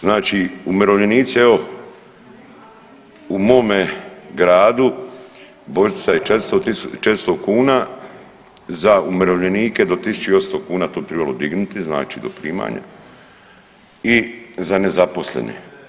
Znači umirovljenici evo u mome gradu božičnica je 400 kuna za umirovljenike do 1.800 kuna, to bi tribalo dignuti znači do primanja i za nezaposlene.